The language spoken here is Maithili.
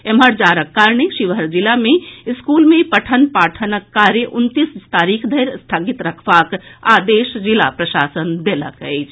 एम्हर जाड़क कारणे शिवहर जिला मे स्कूल मे पठन पाठनक कार्य उनतीस तारीख धरि स्थगित रखबाक आदेश जिला प्रशासन देलक अछि